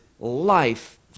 life